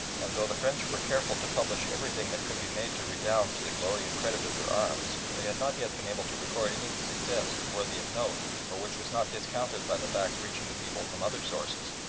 and though the french were careful to publish everything that could be made to redound to the glory and credit of their arms, they had not yet been able to record any success worthy of note or which was not discounted by the facts reaching the people from other sources.